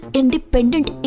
independent